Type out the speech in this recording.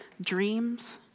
dreams